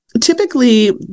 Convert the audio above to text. Typically